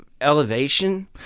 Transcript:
elevation